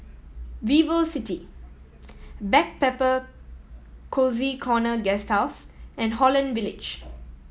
VivoCity Backpacker Cozy Corner Guesthouse and Holland Village